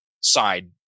side